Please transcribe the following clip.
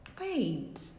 wait